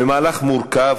במהלך מורכב,